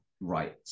right